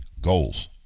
goals